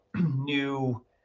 new